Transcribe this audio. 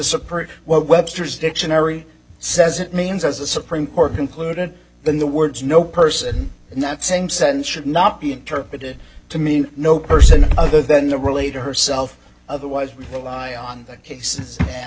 support what webster's dictionary says it means as the supreme court concluded in the words no person in that same sense should not be interpreted to mean no person other than the related herself otherwise the lie on that case and